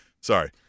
Sorry